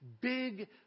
big